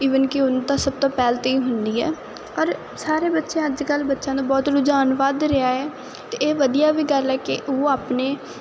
even ਕਿ ਉਨ ਤਾਂ ਸਭ ਤੋਂ ਪਹਿਲ ਤੀ ਹੁੰਦੀ ਹੈ ਔਰ ਸਾਰੇ ਬੱਚੇ ਅੱਜ ਕੱਲ ਬੱਚਿਆਂ ਦਾ ਬਹੁਤ ਰੁਝਾਨ ਵੱਧ ਰਿਹਾ ਹੈ ਤੇ ਇਹ ਵਧੀਆ ਵੀ ਗੱਲ ਹੈ ਕਿ ਉਹ ਆਪਣੇ